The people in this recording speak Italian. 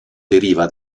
deriva